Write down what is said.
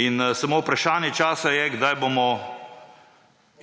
In samo vprašanje časa je, kdaj bomo